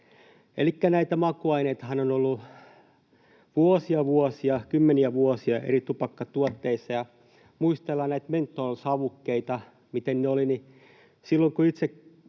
Elikkä näitä makuaineitahan on ollut vuosia, vuosia, kymmeniä vuosia eri tupakkatuotteissa. Muistellaanpa näitä menthol-savukkeita, mitä niitä oli, niin silloin kun itsekin